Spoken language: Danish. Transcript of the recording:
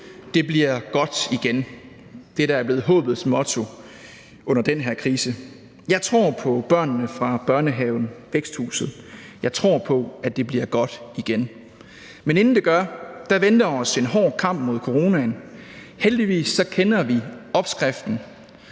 Det bliver godt igen. Det er det, der er blevet håbets motto under den her krise. Jeg tror på børnene fra børnehaven Væksthuset. Jeg tror på, at det bliver godt igen. Men inden det gør det, venter der os en hård kamp mod coronaen. Heldigvis kender vi opskriften.